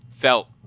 felt